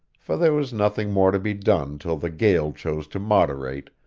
for there was nothing more to be done till the gale chose to moderate,